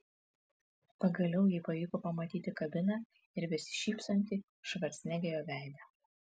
pagaliau jai pavyko pamatyti kabiną ir besišypsantį švarcnegerio veidą